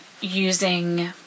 using